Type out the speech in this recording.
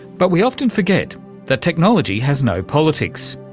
but we often forget that technology has no politics,